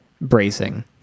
bracing